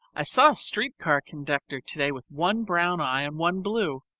i saw a street car conductor today with one brown eye and one blue.